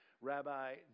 Rabbi